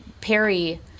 perry